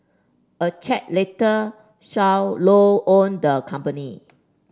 a check later showed Low owned the company